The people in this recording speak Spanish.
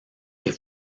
que